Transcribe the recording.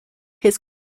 his